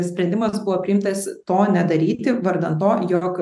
sprendimas buvo priimtas to nedaryti vardan to jog